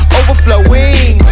overflowing